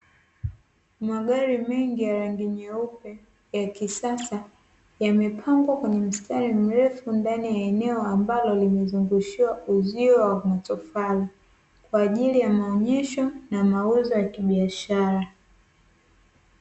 Magari mengi ya rangi nyeupe ya kisasa yamepangwa kwenye mstari mrefu ndani ya eneo ambalo limezungushiwa uzio wa matofali, kwa ajili ya maonyesho na mauzo ya kibiashara.